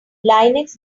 linux